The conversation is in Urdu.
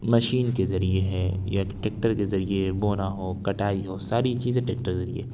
مشین کے ذریعے ہے یا ایک ٹیکٹر کے ذریعے بونا ہو کٹائی ہو ساری چیزیں ٹیکٹر ذریعے